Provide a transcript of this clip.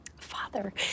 Father